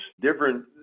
different